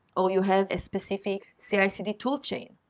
or you have a specific cicd tool chain,